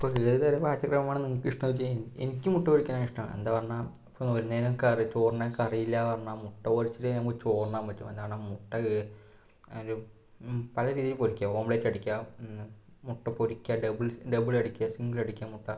ഇപ്പം ഏതു തരം പാചകമാണ് നിങ്ങൾക്കിഷ്ടം എന്നു വച്ച് കഴിഞ്ഞാൽ എനിക്ക് മുട്ട പൊരിക്കാനാണ് ഇഷ്ടം എന്താ പറഞ്ഞാൽ ഇപ്പൊ ഒരുനേരം കറി ചോറുണ്ണാൻ കറിയില്ല പറഞ്ഞാൽ മുട്ട പൊരിച്ചിട്ടേ നമുക്ക് ചോറുണ്ണാൻ പറ്റു എന്താ പറഞ്ഞാൽ മുട്ട ഒരു പല രീതിയിൽ പൊരിക്കാം ഓംലെറ്റ് അടിക്കാം മുട്ട പൊരിക്കാം ഡബിൾസ് ഡബിളടിക്കാം സിംഗിളടിക്കാം മുട്ട